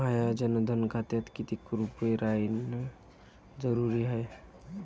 माह्या जनधन खात्यात कितीक रूपे रायने जरुरी हाय?